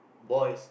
boys